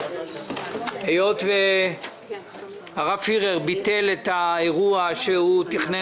היות והרב פירר ביטל את האירוע שהוא תכנן